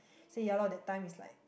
say ya lor that time is like